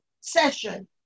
session